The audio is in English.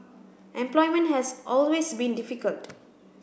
employment has always been difficult